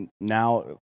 now